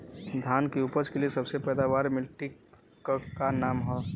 धान की उपज के लिए सबसे पैदावार वाली मिट्टी क का नाम ह?